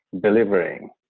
delivering